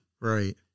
Right